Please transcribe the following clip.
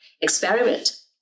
experiment